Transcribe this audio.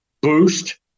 boost